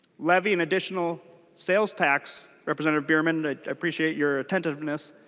levy an additional sales tax representative bierman. i appreciate your attentiveness.